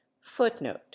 Footnote